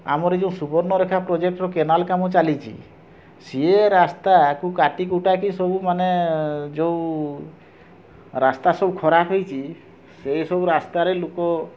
ଆମର ଏଇ ଯେଉଁ ସୁବର୍ଣ୍ଣରେଖା ପ୍ରୋଜେକ୍ଟ୍ ର କେନାଲ୍ କାମ ଚାଲିଛି ସିଏ ରାସ୍ତା ଆକୁ କାଟି କୁଟାକି ସବୁ ମାନେ ଯେଉଁ ରାସ୍ତା ସବୁ ଖରାପ ହେଇଛି ସେ ସବୁ ରାସ୍ତାରେ ଲୁକ